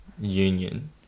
union